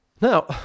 Now